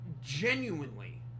genuinely